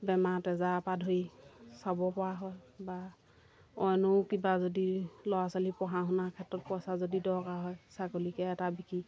বেমাৰ আজাৰৰপৰা ধৰি চাবপৰা হয় বা অন্যও কিবা যদি ল'ৰা ছোৱালী পঢ়া শুনাৰ ক্ষেত্ৰত পইচা যদি দৰকাৰ হয় ছাগলীকে এটা বিকি